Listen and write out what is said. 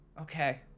Okay